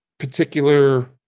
Particular